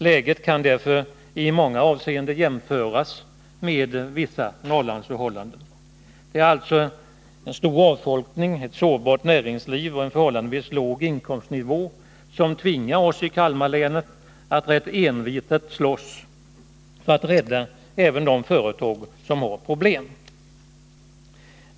Läget kan därför i många avseenden jämföras med vissa Norrlandsförhållanden. Det är alltså en stor avfolkning, ett sårbart näringsliv och en förhållandevis låg inkomstnivå som tvingar oss i Kalmar län att rätt envetet slåss för att rädda även de företag som har problem.